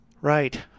Right